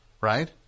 right